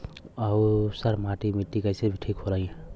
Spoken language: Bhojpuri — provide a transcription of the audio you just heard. ऊसर वाली मिट्टी कईसे ठीक होई?